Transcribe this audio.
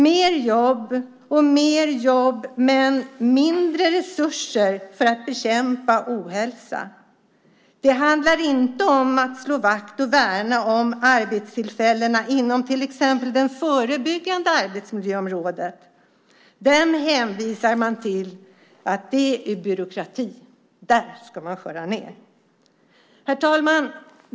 Det är mer jobb men mindre resurser för att bekämpa ohälsa. Det handlar inte om att slå vakt och värna om arbetstillfällena inom till exempel det förebyggande arbetsmiljöområdet. Man hänvisar till att det är byråkrati. Där ska man skära ned. Herr talman!